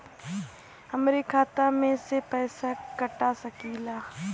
हमरे खाता में से पैसा कटा सकी ला?